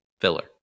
filler